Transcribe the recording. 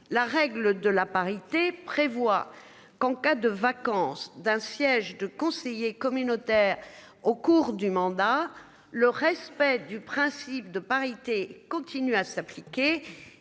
la règle de la parité prévoit qu'en cas de vacance d'un siège de conseiller communautaire au cours du mandat, le respect du principe de parité continue à s'appliquer